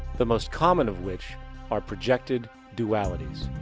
the most common of which are projected dualities.